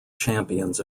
champions